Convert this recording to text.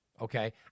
okay